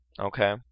Okay